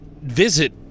visit